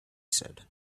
said